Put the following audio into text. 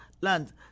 land